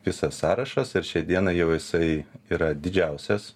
visas sąrašas ir šią dieną jau jisai yra didžiausias